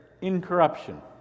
incorruption